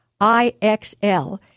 IXL